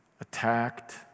attacked